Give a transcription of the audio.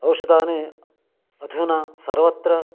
औषधानि अधुना सर्वत्र